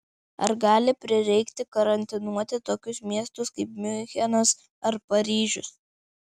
ar gali prireikti karantinuoti tokius miestus kaip miunchenas ar paryžius